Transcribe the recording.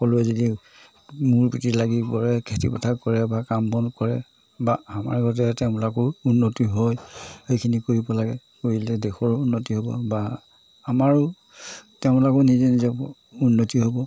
সকলোৱে যদি লাগি পৰে খেতি পথাৰ কৰে বা কাম বন কৰে বা আমাৰ ঘৰতে তেওঁলোকো উন্নতি হয় সেইখিনি কৰিব লাগে কৰিলে দেশৰো উন্নতি হ'ব বা আমাৰো তেওঁলোকেও নিজে নিজে উন্নতি হ'ব